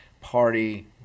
Party